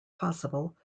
possible